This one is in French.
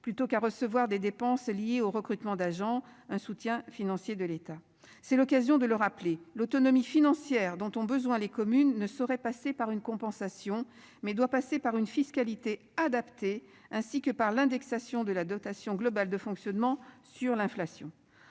plutôt qu'à recevoir des dépenses liées au recrutement d'agents. Un soutien financier de l'État, c'est l'occasion de le rappeler l'autonomie financière dont ont besoin les communes ne saurait passer par une compensation mais doit passer par une fiscalité adaptée, ainsi que par l'indexation de la dotation globale de fonctionnement sur l'inflation.